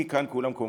מכאן כולם קומוניסטים.